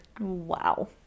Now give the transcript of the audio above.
Wow